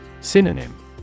Synonym